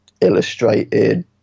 illustrated